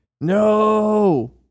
No